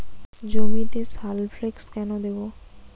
জমিতে সালফেক্স কেন দেবো?